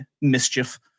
mischief